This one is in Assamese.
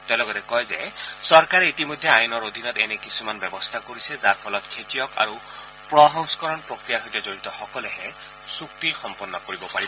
তেওঁ লগতে কয় যে চৰকাৰে ইতিমধ্যে আইনৰ অধীনত এনে কিছুমান ব্যৱস্বা কৰিছে যাৰফলত খেতিয়ক আৰু প্ৰসংস্কৰণ প্ৰক্ৰিয়াৰ সৈতে জড়িতসকলেহে চুক্তি সম্পন্ন হ'ব পাৰিব